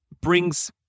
brings